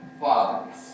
fathers